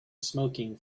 smoking